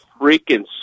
freaking